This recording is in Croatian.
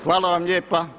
Hvala vam lijepa.